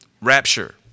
Rapture